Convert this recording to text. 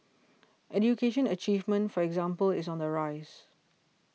education achievement for example is on the rise